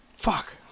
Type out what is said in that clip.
Fuck